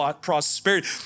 prosperity